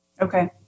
Okay